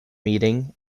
meeting